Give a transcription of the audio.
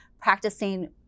practicing